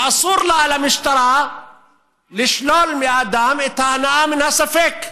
ואסור לה למשטרה לשלול מאדם את ההנאה מן הספק.